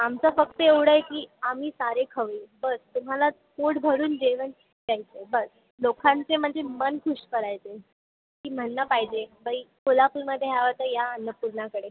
आमचं फक्त एवढं आहे की आम्ही सारे खवय्ये बस तुम्हाला पोट भरून जेवण द्यायचं आहे बस लोकांचे म्हणजे मन खूश करायचं आहे की म्हटलं पाहिजे बाई कोल्हापूरमध्ये यावं तर या अन्नपूर्णाकडे